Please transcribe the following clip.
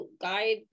guide